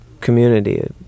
community